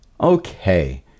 Okay